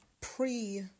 pre-